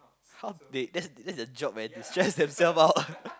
half dead that that's the job man you stress yourself out